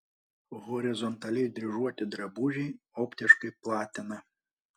horizontaliai dryžuoti drabužiai optiškai platina